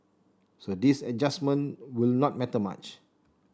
so this adjustment would not matter much